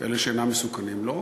את אלה שאינם מסוכנים, לא,